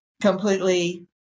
completely